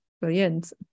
brilliant